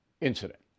incident